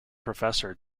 professor